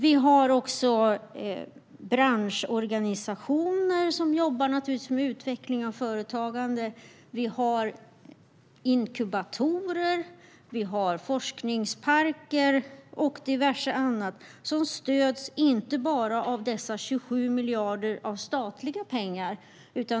Vi har branschorganisationer som jobbar med utveckling av företagande. Vi har inkubatorer. Vi har forskningsparker och diverse annat. Detta stöds inte bara av dessa 27 miljarder i statliga pengar.